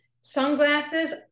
sunglasses